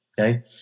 okay